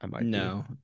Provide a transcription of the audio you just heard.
No